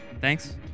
Thanks